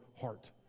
heart